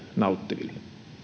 nauttiville